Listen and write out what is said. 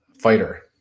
fighter